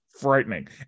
frightening